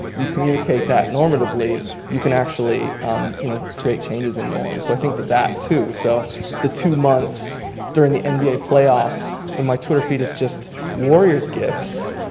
you communicate that normatively, you can actually you know create changes and norms, so i think that that too, so the two months during the nba playoffs when my twitter feed is just warriors gifs,